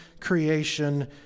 creation